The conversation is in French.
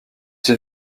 une